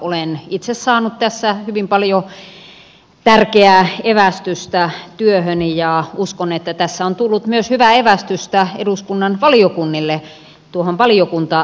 olen itse saanut tässä hyvin paljon tärkeää evästystä työhöni ja uskon että tässä on tullut hyvää evästystä myös eduskunnan valiokunnille tuohon valiokuntakäsittelyyn